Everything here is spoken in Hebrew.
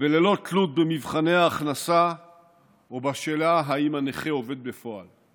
וללא תלות במבחני ההכנסה או בשאלה אם הנכה עובד בפועל.